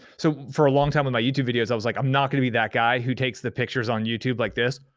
so for a long time with my youtube videos, i was like, i'm not gonna be that guy who takes the pictures on youtube like this.